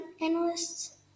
analysts